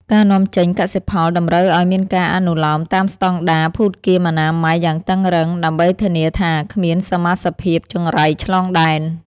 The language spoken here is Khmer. ការនាំចេញកសិផលតម្រូវឱ្យមានការអនុលោមតាមស្ដង់ដារភូតគាមអនាម័យយ៉ាងតឹងរ៉ឹង ដើម្បីធានាថាគ្មានសមាសភាពចង្រៃឆ្លងដែន។